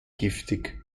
giftig